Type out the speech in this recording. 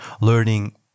learning